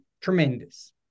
tremendous